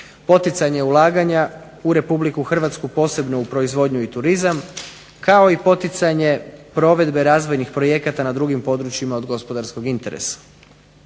poticanje ulaganja u Republiku Hrvatsku, posebno u proizvodnju i turizam, kao i poticanje provedbe razvojnih projekata na drugim područjima od gospodarskog interesa.